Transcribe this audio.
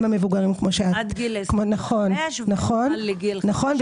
מבוגרים -- עד גיל 25 ומעל גיל 50. נכון.